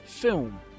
Film